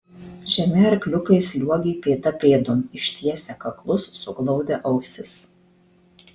žemi arkliukai sliuogė pėda pėdon ištiesę kaklus suglaudę ausis